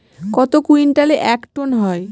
কত কুইন্টালে এক টন হয়?